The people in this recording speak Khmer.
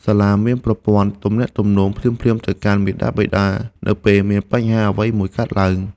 សាលាមានប្រព័ន្ធទំនាក់ទំនងភ្លាមៗទៅកាន់មាតាបិតានៅពេលមានបញ្ហាអ្វីមួយកើតឡើង។